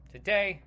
Today